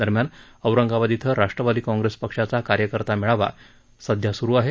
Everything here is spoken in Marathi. दरम्यान औरंगाबाद इथं राष्ट्रवादी काँग्रेस पक्षाचा कार्यकर्ता मेळावा सध्या सुरू आहे